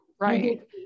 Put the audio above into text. Right